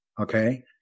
Okay